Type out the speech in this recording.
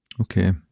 Okay